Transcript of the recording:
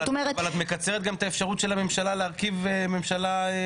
אבל את מקצרת גם את האפשרות של הממשלה להרכיב ממשלה.